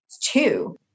two